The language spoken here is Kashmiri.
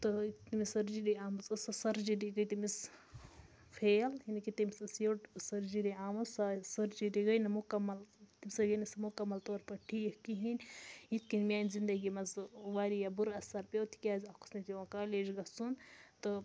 تہٕ یُتھُے تٔمِس سٔرجِری آمٕژ ٲس سۄ سٔرجِری گٔے تٔمِس فیل یعنی تٔمِس ٲس یٔڈ سٔرجِری آمٕژ سوے سٔرجِری گٔے نہٕ مکمل تَمہِ سۭتۍ گٔے نہٕ سُہ مکمل طور پٲٹھۍ ٹھیٖک کِہیٖنۍ یِتھ کٔنۍ میٛانہِ زندگی منٛزٕ واریاہ بُرٕ اثر پیوٚ تِکیٛازِ اَکھ اوس مےٚ پٮ۪وان کالیج گژھُن تہٕ